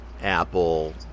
apple